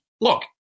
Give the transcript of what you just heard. look